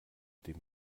dem